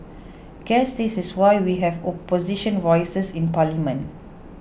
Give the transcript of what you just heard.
guess this is why we have opposition voices in parliament